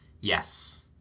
Yes